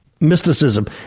mysticism